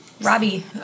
Robbie